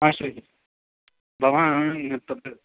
भवान् तत्र